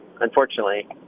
unfortunately